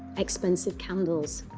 expensive candles.